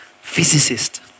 physicist